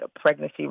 pregnancy